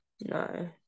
No